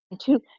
two